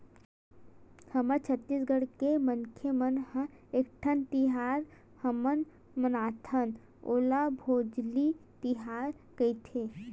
हमर छत्तीसगढ़ के मनखे मन ह एकठन तिहार हमन मनाथन ओला भोजली तिहार कइथे